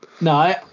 No